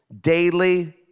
daily